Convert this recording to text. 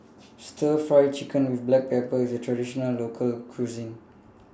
Stir Fry Chicken with Black Pepper IS A Traditional Local Cuisine